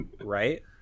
Right